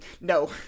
No